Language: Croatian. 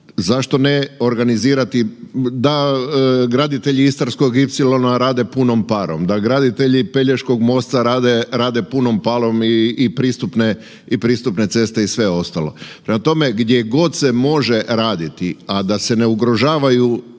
zašto ne organizirati da graditelji Istarskog ipsilona rade punom parom, da graditelji Pelješkog mosta rade punom parom i pristupne ceste i sve ostalo. Prema tome, gdje god se može raditi, a da se ne ugrožavaju,